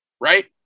Right